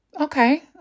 Okay